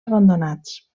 abandonats